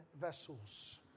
vessels